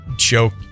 joke